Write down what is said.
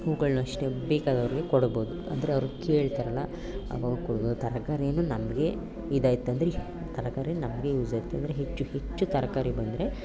ಹೂವುಗಳ್ನು ಅಷ್ಟೇ ಬೇಕಾದವ್ರಿಗೆ ಕೊಡ್ಬೌದು ಅಂದರೆ ಅವರು ಕೇಳ್ತಾರಲ್ಲ ಅವಾಗ ಕೊಡ್ಬೌದು ತರಕಾರಿಯೂ ನಮಗೆ ಇದಾಯ್ತು ಅಂದರೆ ತರಕಾರಿಯೂ ನಮಗೆ ಯೂಸ್ ಆಯ್ತಂದರೆ ಹೆಚ್ಚು ಹೆಚ್ಚು ತರಕಾರಿ ಬಂದರೆ